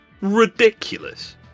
ridiculous